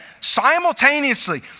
simultaneously